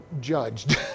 judged